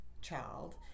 child